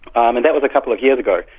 um and that was a couple of years ago,